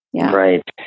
Right